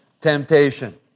temptation